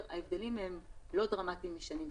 ההבדלים הם לא דרמטיים משנים קודמות.